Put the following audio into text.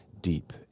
deep